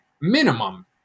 minimum